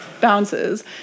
bounces